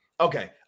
Okay